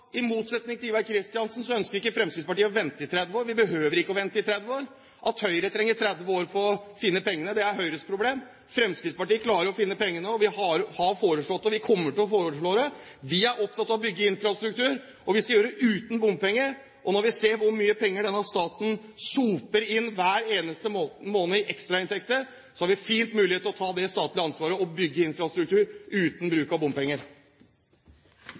I motsetning til Ivar Kristiansen ønsker ikke Fremskrittspartiet å vente i 30 år. Vi behøver ikke å vente i 30 år. At Høyre trenger 30 år på å finne pengene, er Høyres problem. Fremskrittspartiet klarer å finne pengene, og vi har foreslått det og kommer til å foreslå det. Vi er opptatt av å bygge infrastruktur, og vi skal gjøre det uten bompenger. Når vi ser hvor mye penger denne staten soper inn hver eneste måned i ekstrainntekter, har vi fint mulighet til å ta det statlige ansvaret og bygge infrastruktur uten bruk av bompenger.